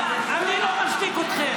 אני לא משתיק אתכם.